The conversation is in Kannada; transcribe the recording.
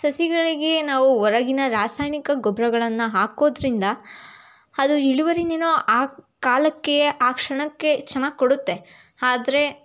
ಸಸಿಗಳಿಗೆ ನಾವು ಹೊರಗಿನ ರಾಸಾಯನಿಕ ಗೊಬ್ಬರಗಳನ್ನ ಹಾಕೋದರಿಂದ ಅದು ಇಳುವರಿನೇನೊ ಆ ಕಾಲಕ್ಕೆ ಆ ಕ್ಷಣಕ್ಕೆ ಚೆನ್ನಾಗಿ ಕೊಡುತ್ತೆ ಆದರೆ